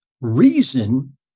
reason